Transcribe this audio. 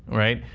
right.